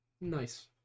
Nice